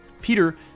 peter